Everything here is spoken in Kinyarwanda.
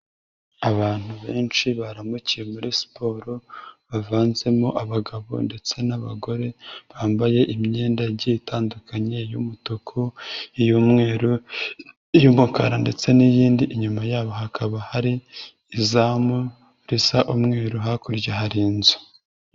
Abantu benshi baramukiye muri siporo, bavanzemo abagabo ndetse n'abagore, bambaye imyenda igiye itandukanye y'umutuku, iy'umweru, iy'umukara ndetse n'iyindi, inyuma yabo hakaba hari izamu risa umweru, hakurya hari inzu.